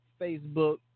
Facebook